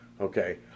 okay